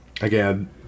again